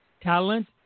talent